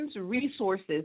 resources